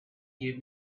gave